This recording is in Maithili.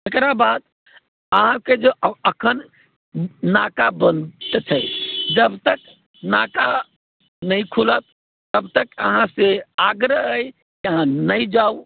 तकरा बाद अहाँकेँ जे अखन नाका बन्द छै जब तक नाका नहि खुलत तब तक अहाँसँ आग्रह अछि जे अहाँ नहि जाउ